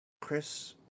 Chris